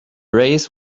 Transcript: race